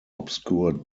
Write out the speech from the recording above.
obscured